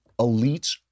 elites